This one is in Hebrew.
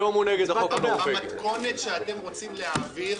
במתכונת שאתם רוצים להעביר,